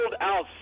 out